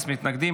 אין מתנגדים.